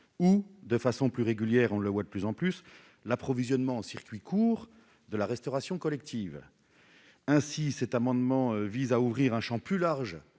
ou, de façon plus régulière- on le voit de plus en plus -, l'approvisionnement en circuit court de la restauration collective. Cet amendement vise à couvrir un champ plus large